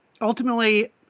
ultimately